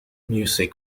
music